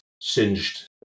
singed